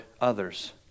others